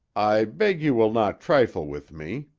i beg you will not trifle with me,